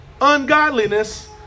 ungodliness